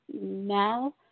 now